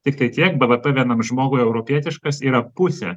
tiktai tiek bvp vienam žmogui europietiškas yra pusė